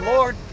Lord